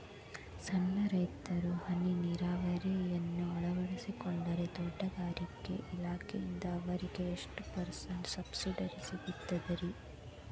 ಸಣ್ಣ ರೈತರು ಹನಿ ನೇರಾವರಿಯನ್ನ ಅಳವಡಿಸಿಕೊಂಡರೆ ತೋಟಗಾರಿಕೆ ಇಲಾಖೆಯಿಂದ ಅವರಿಗೆ ಎಷ್ಟು ಪರ್ಸೆಂಟ್ ಸಬ್ಸಿಡಿ ಸಿಗುತ್ತೈತರೇ?